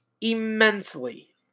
immensely